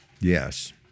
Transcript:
Yes